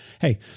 Hey